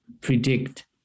predict